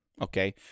Okay